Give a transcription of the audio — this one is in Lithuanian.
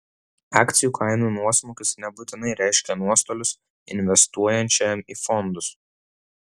akcijų kainų nuosmukis nebūtinai reiškia nuostolius investuojančiajam į fondus